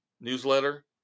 newsletter